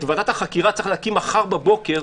את ועדת החקירה צריך להקים מחר בבוקר,